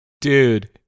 Dude